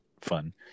fun